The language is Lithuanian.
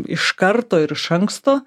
iš karto ir iš anksto